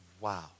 wow